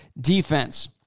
defense